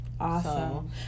awesome